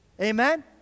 Amen